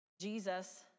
Jesus